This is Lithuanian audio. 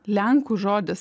lenkų žodis